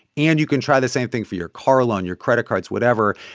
and you can try the same thing for your car loan, your credit cards, whatever.